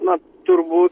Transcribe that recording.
na turbūt